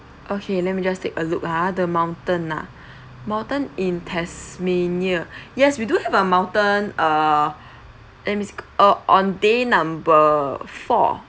okay let me just take a look ah the mountain ah mountain in tasmania yes we do have a mountain err let me sk~ uh on day number four